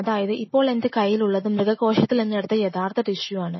അതായത് ഇപ്പോൾ എൻറെ കയ്യിൽ ഉള്ളത് മൃഗ കോശത്തിൽ നിന്ന് എടുത്ത യഥാർത്ഥ ടിഷ്യു ആണ്